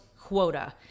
quota